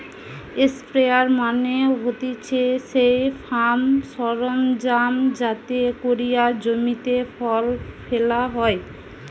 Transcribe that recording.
sprayer মানে হতিছে সেই ফার্ম সরঞ্জাম যাতে কোরিয়া জমিতে জল ফেলা হয়